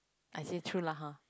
I say true lah !huh!